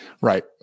Right